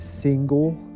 single